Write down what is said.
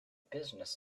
business